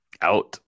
Out